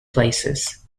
places